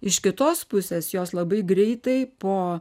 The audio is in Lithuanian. iš kitos pusės jos labai greitai po